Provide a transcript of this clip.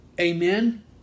Amen